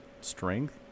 strength